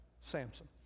Samson